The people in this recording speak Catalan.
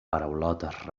paraulotes